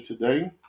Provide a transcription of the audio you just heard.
today